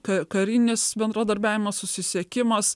ka karinis bendradarbiavimas susisiekimas